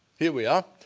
here we are.